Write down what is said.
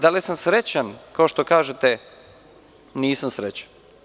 Da li sam srećan, kao što kažete, nisam srećan.